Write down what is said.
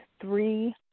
three